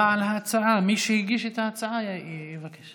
בעל ההצעה, מי שהגיש את ההצעה יבקש.